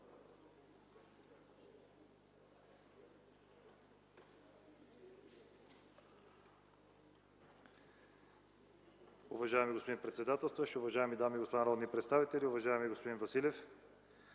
Уважаеми господин председател, уважаеми дами и господа народни представители, уважаеми господин Иванов!